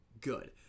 good